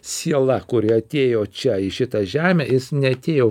siela kuri atėjo čia į šitą žemę jis neatėjo